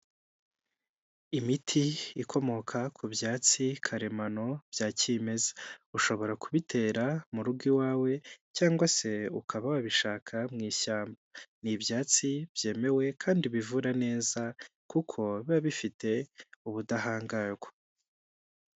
Imiti ikomoka ku byatsi karemano bya kimeza .Ushobora kubitera mu rugo iwawe cyangwa se ukaba wabishaka mu ishyamba. Ni ibyatsi byemewe kandi bivura neza kuko biba bifite ubudahangarwa.